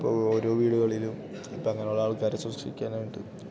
ഇപ്പോൾ ഓരോ വീടുകളിലും ഇപ്പം അങ്ങനെയുള്ള ആൾക്കാരെ സൂക്ഷിക്കാനായിട്ട്